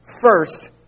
first